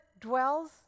dwells